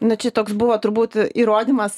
nu čia toks buvo turbūt įrodymas